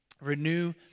Renew